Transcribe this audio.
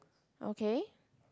okay